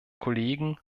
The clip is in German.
kollegen